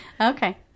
Okay